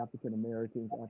African-Americans